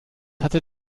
hatte